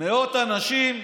מאות אנשים,